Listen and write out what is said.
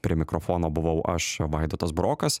prie mikrofono buvau aš a vaidotas burokas